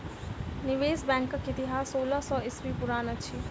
निवेश बैंकक इतिहास सोलह सौ ईस्वी पुरान अछि